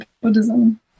Buddhism